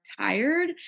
tired